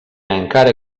encara